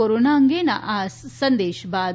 corona અંગેના આ સંદેશ બાદ